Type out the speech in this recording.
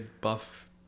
buff